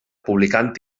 publicant